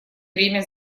время